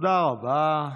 תודה רבה.